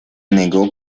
negó